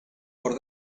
por